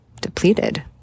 depleted